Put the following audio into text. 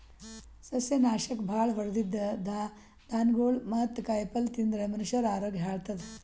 ಸಸ್ಯನಾಶಕ್ ಭಾಳ್ ಹೊಡದಿದ್ದ್ ಧಾನ್ಯಗೊಳ್ ಮತ್ತ್ ಕಾಯಿಪಲ್ಯ ತಿಂದ್ರ್ ಮನಷ್ಯರ ಆರೋಗ್ಯ ಹಾಳತದ್